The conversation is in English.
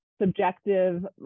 subjective